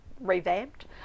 revamped